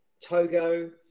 Togo